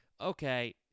okay